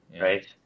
Right